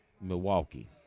Milwaukee